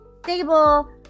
stable